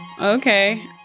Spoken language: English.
Okay